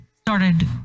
started